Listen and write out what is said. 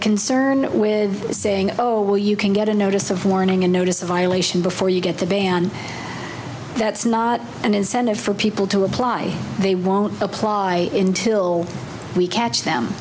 concern with saying oh you can get a notice of warning and notice a violation before you get the ban that's not an incentive for people to apply they won't apply in till we catch them